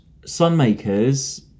Sunmakers